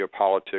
geopolitics